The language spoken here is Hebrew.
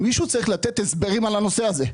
מישהו צריך לתת הסברים על הנושא הזה.